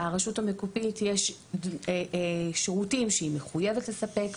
יש שירותים שהרשות המקומית מחויבת לספק,